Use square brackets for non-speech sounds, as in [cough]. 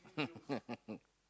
[laughs]